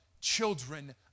children